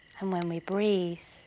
and when we breathe,